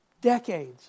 Decades